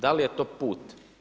Da li je to put?